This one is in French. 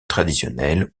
traditionnelle